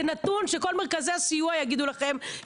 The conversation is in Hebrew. זה נתון שכל מרכזי הסיוע יגידו לכם.